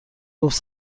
گفت